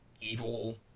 evil